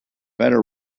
better